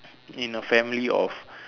in a family of